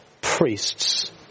priests